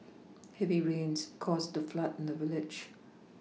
heavy rains caused a flood in the village